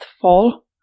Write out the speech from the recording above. fall